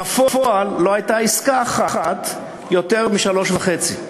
בפועל, לא הייתה עסקה אחת ביותר מ-3.5.